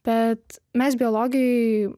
bet mes biologijoj